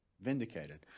vindicated